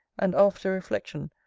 and after-reflection,